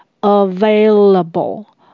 Available